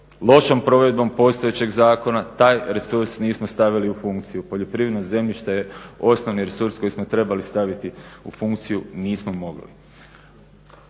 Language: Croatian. lošom provedbom postojećeg zakona taj resurs nismo stavili u funkciju. Poljoprivredno zemljište je osnovni resurs koji smo trebali staviti u funkciju, nismo mogli.